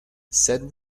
said